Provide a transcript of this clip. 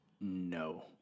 No